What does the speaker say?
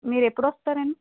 మీరెప్పుడొస్తారండి